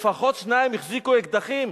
לפחות שניים החזיקו אקדחים.